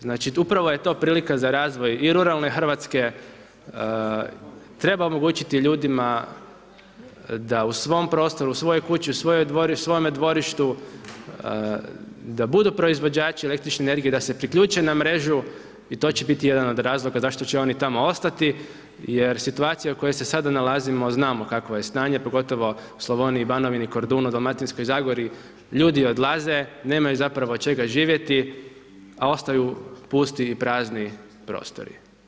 Znači upravo je to prilika za razvoj i ruralne Hrvatske, treba omogućiti ljudima da u svom prostoru, u svojoj kući, u svojoj dvori, u svome dvorištu da budu proizvođači električne energije, da se priključe na mrežu i to će biti jedan od razloga zašto će oni tamo ostati jer situacija u kojoj se sada nalazimo znamo kakvo je stanje, pogotovo u Slavoniji, Banovini, Kordunu, Dalmatinskoj zagori, ljudi odlaze, nemaju zapravo od čega živjeti a ostaju pusti i prazni prostori.